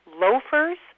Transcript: loafers